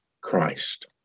Christ